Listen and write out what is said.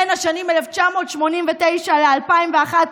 בין השנים 1989 ל-2001,